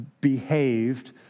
behaved